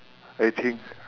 I think